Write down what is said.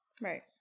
Right